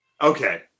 Okay